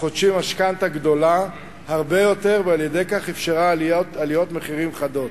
חודשי משכנתה גדולה הרבה יותר ועל-ידי כך אפשרה עליות מחירים חדות.